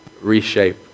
reshape